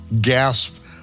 gasp